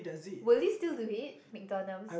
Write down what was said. will you still do it McDonalds